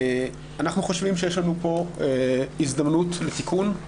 אנחנו חושבים שיש לנו פה הזדמנות לתיקון,